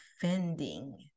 defending